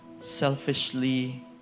selfishly